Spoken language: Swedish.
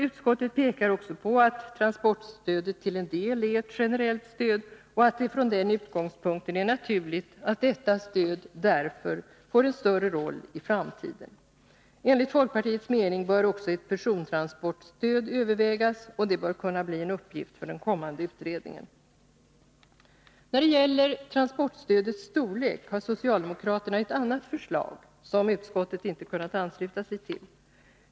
Utskottet pekar på att transportstödet till en del är ett generellt stöd och att det från den utgångspunkten är naturligt att detta stöd därför får en större roll i framtiden. Enligt folkpartiets mening bör också ett persontransportstöd övervägas, och det bör kunna bli en uppgift för den kommande utredningen. När det gäller transportstödets storlek har socialdemokraterna ett annat förslag, som utskottet inte kunnat ansluta sig till.